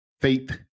faith